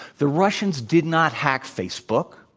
the russians did not hack facebook,